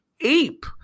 ape